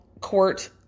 court